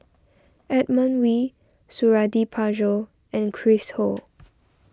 Edmund Wee Suradi Parjo and Chris Ho